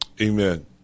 amen